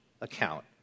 account